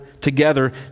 together